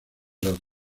las